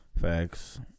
Facts